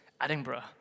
Edinburgh